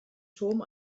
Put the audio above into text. turm